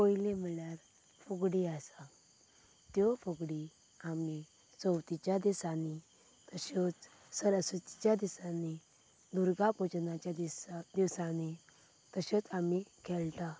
पयलीं म्हणल्यार फुगडी आसा त्यो फुगडी आमी चवथीच्या दिसांनी तश्योच सरस्वतीच्या दिसांनी दुर्गा पुजनाच्या दिसांनी तश्योच आमी खेळटात